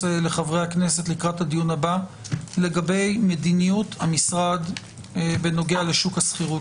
לחברי הכנסת לקראת הדיון הבא לגבי מדיניות המשרד בנוגע לשוק השכירות.